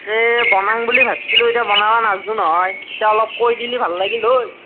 এ বনাং বুলি ভাবিছিলোঁ এতিয়া বনাব নাজানো নহয় এতিয়া অলপ কৈ দিলে ভাল লাগিল হয়